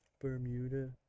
Bermuda